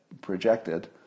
projected